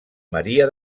maria